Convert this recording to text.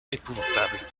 épouvantable